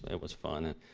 it was fun. and